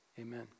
amen